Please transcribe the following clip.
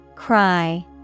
Cry